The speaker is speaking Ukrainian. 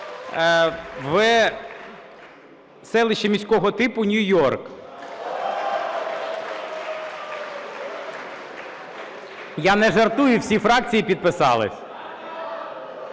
в селище міського типу Нью-Йорк. Я не жартую, всі фракції підписались.